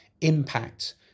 impact